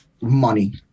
money